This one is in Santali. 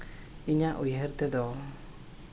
ᱤᱧᱟᱹᱜ ᱩᱭᱦᱟᱹᱨ ᱛᱮᱫᱚ